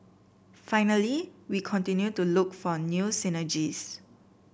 finally we continue to look for new synergies